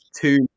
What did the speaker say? two